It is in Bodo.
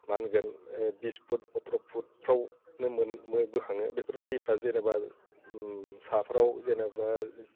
मा होगोन बिस फुट अथ'र' फुटफ्रावनो मोनो बा बोखाङो बेफोर दैफोरा जेनेबा साफ्राव जेनेबा